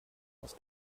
aus